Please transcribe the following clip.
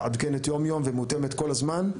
מתעדכנת יום יום ומותאמת כל הזמן,